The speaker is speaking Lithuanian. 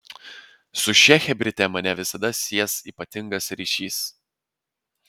su šia chebryte mane visada sies ypatingas ryšys